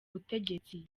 butegetsi